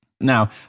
Now